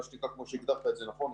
כמו שהגדרת את זה נכון,